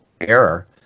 error